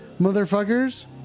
motherfuckers